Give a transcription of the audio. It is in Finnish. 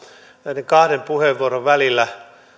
näiden kahden puheenvuoron välillä